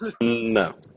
No